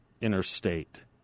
interstate